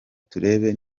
turebe